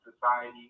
society